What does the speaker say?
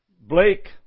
Blake